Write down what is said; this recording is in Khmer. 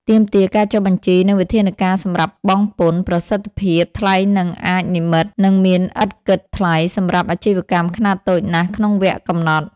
ទាមទារការចុះបញ្ជី និងវិធានការសំរាប់បង់ពន្ធ ប្រសិទ្ធភាពថ្លៃនឹងអាចនិម្មិត និងមានឥតគិតថ្លៃសម្រាប់អាជីវកម្មខ្នាតតូចណាស់ក្នុងវគ្គកំណត់។